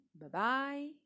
Bye-bye